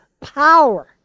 power